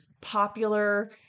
popular